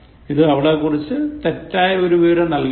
ഇത് അവളെക്കുറിച്ച് ഒരു തെറ്റായ വിവരം നൽകലാണ്